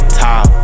top